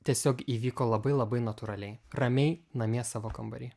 tiesiog įvyko labai labai natūraliai ramiai namie savo kambary